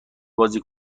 بازی